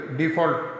default